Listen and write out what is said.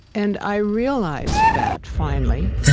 and i realized that, finally.